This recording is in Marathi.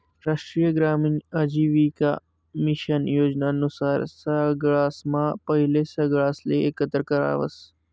राष्ट्रीय ग्रामीण आजीविका मिशन योजना नुसार सगळासम्हा पहिले सगळासले एकत्र करावस